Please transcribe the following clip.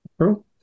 True